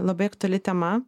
labai aktuali tema